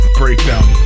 breakdown